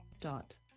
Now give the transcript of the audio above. Dot